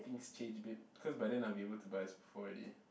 things change babe cause by then I'll be able to buy a already